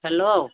hello